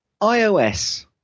iOS